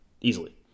easily